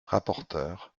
rapporteur